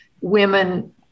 women